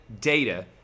data